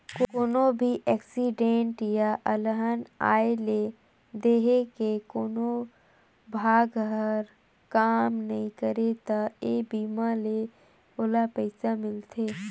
कोनो भी एक्सीडेंट य अलहन आये ले देंह के कोनो भाग हर काम नइ करे त ए बीमा ले ओला पइसा मिलथे